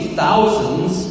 thousands